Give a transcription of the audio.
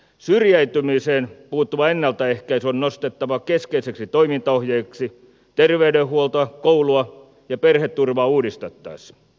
syrjäytymiseen puuttuva ennaltaehkäisy on nostettava keskeiseksi toimintaohjeeksi ter veydenhuoltoa koulua ja perheturvaa uudistet taessa